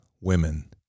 women